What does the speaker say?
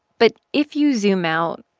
but if you zoom out,